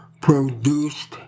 produced